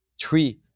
three